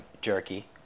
jerky